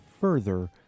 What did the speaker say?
further